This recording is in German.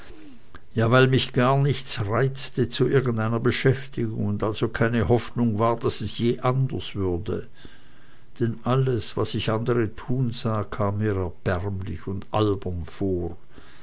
ja weil mich gar nichts reizte zu irgendeiner beschäftigung und also keine hoffnung war daß es je anders würde denn alles was ich andere tun sah kam mir erbärmlich und albern vor